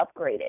upgraded